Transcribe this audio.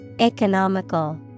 economical